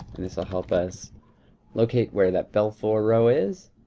and this'll help us locate where that belfour row is.